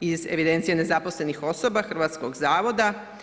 iz evidencije nezaposlenih osoba hrvatskog zavoda.